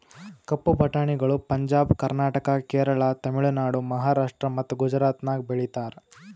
ಕಪ್ಪು ಬಟಾಣಿಗಳು ಪಂಜಾಬ್, ಕರ್ನಾಟಕ, ಕೇರಳ, ತಮಿಳುನಾಡು, ಮಹಾರಾಷ್ಟ್ರ ಮತ್ತ ಗುಜರಾತದಾಗ್ ಬೆಳೀತಾರ